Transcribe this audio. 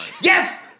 Yes